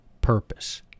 purpose